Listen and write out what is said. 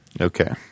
Okay